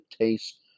taste